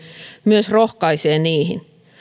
myös rohkaisee niihin